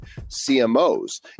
CMOs